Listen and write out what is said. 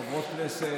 חברות הכנסת,